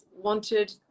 wanted